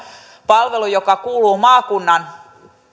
palvelu joka kuuluu maakunnan